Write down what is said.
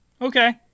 Okay